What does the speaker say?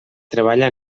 treballa